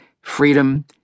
freedom